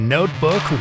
Notebook